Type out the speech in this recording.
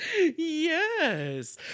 Yes